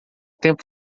tempo